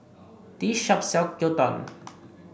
this shop sells Gyudon